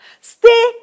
Stay